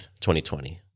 2020